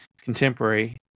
contemporary